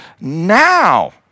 now